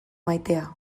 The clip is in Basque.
maitea